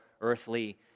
earthly